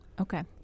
Okay